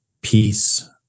peace